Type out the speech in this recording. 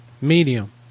Medium